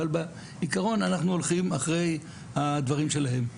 אבל בעיקרון אנחנו הולכים אחרי הדברים שלהם.